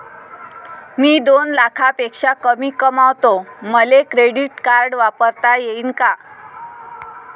मी दोन लाखापेक्षा कमी कमावतो, मले क्रेडिट कार्ड वापरता येईन का?